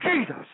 Jesus